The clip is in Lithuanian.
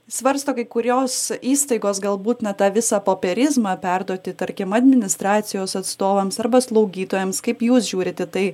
svarsto kai kurios įstaigos galbūt na tą visą popierizmą perduoti tarkim administracijos atstovams arba slaugytojams kaip jūs žiūrit į tai